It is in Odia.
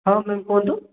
ହଁ ମେମ୍ କୁହନ୍ତୁ